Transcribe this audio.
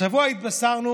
השבוע התבשרנו